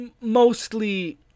mostly